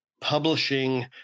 publishing